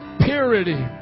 Purity